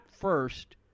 first